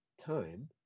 time